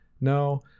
No